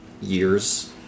Years